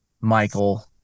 Michael